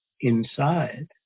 inside